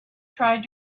tried